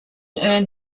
earned